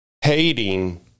hating